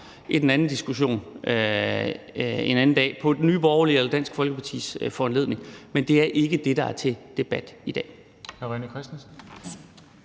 i den anden diskussion en anden dag på Nye Borgerliges eller Dansk Folkepartis foranledning, men det er ikke det, der er til debat i dag.